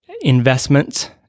investments